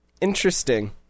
Interesting